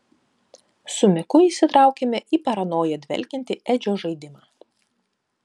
su miku įsitraukėme į paranoja dvelkiantį edžio žaidimą